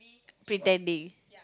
pretending